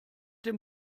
dem